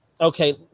Okay